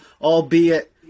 Albeit